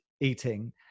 eating